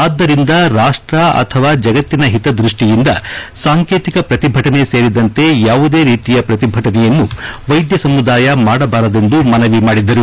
ಆದ್ದರಿಂದ ರಾಷ್ಟ ಅಥವಾ ಜಗತ್ತಿನ ಹಿತ ದೃಷ್ಟಿಯಿಂದ ಸಾಂಕೇತಿಕ ಪ್ರತಿಭಟನೆ ಸೇರಿದಂತೆ ಯಾವುದೇ ರೀತಿಯ ಪ್ರತಿಭಟನೆಯನ್ನು ವೈದ್ಯ ಸಮುದಾಯ ಮಾಡಬಾರದೆಂದು ಮನವಿ ಮಾಡಿದರು